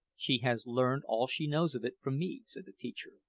she has learned all she knows of it from me, said the teacher,